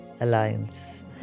alliance